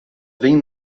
vem